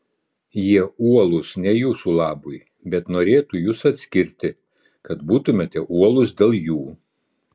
jie uolūs ne jūsų labui bet norėtų jus atskirti kad būtumėte uolūs dėl jų